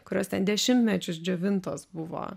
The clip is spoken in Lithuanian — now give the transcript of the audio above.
kurios ten dešimtmečius džiovintos buvo